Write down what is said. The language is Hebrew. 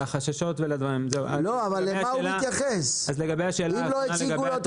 למה הוא יתייחס אם לא הציגו לו את